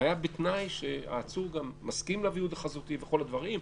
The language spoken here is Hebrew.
היה גם בתנאי שהעצור מסכים לוויעוד החזותי וכל הדברים,